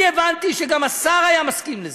אני הבנתי שגם השר היה מסכים לזה,